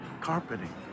Carpeting